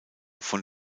von